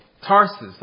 Tarsus